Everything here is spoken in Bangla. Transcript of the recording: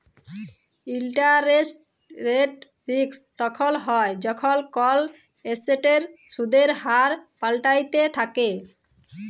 ইলটারেস্ট রেট রিস্ক তখল হ্যয় যখল কল এসেটের সুদের হার পাল্টাইতে থ্যাকে